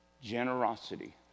Generosity